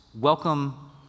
welcome